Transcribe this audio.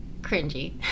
cringy